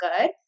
good